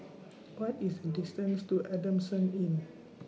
What IS The distance to Adamson Inn